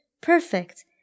perfect